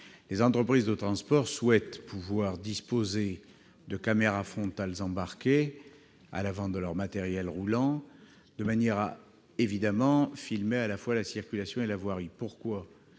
Les entreprises de transport souhaitent pouvoir disposer de caméras frontales embarquées à l'avant de leur matériel roulant, afin de pouvoir filmer, à la fois, la circulation et la voirie. En